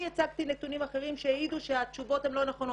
אני הצגתי נתונים אחרים שהעידו שהתשובות לא נכונות,